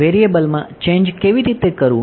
વેરિએબલમાં change કેવી રીતે કરવું